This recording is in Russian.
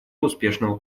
успешного